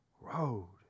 road